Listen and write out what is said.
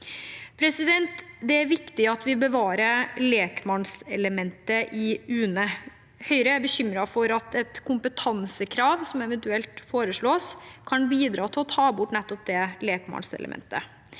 videre. Det er viktig at vi bevarer lekmannselementet i UNE. Høyre er bekymret for at et kompetansekrav som eventuelt foreslås, kan bidra til å ta bort nettopp det lekmannselementet.